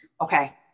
Okay